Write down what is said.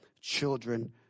children